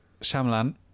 Shyamalan